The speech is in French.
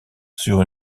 sur